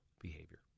behavior